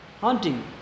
hunting